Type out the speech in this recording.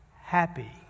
Happy